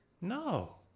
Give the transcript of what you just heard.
No